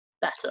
better